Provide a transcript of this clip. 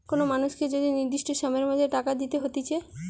কোন মানুষকে যদি নির্দিষ্ট সময়ের মধ্যে টাকা দিতে হতিছে